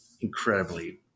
incredibly